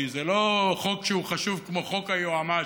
כי זה לא חוק שהוא חשוב כמו חוק היוע"משים.